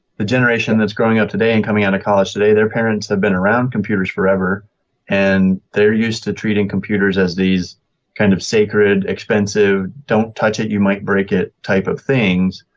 the generation that's going out today and coming out of college today, their parents have been around computers forever and they're used to treating computers as these kind of sacred, expensive, don't-touch-it-you-might-break-it type of things.